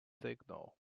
signal